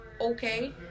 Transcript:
okay